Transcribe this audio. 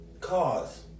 cause